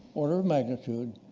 order of magnitude,